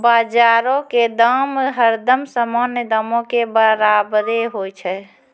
बजारो के दाम हरदम सामान्य दामो के बराबरे होय छै